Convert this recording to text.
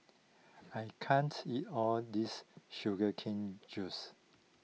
I can't eat all this Sugar Cane Juice